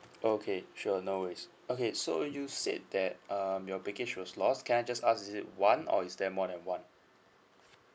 okay sure no worries okay so you said that um your baggage was lost can I just ask is it one or is there more than one